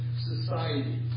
Society